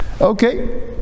Okay